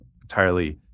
entirely